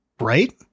right